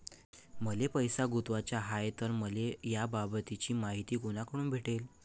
मले पैसा गुंतवाचा हाय तर मले याबाबतीची मायती कुनाकडून भेटन?